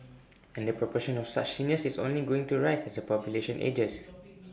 and the proportion of such seniors is only going to rise as the population ages